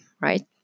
right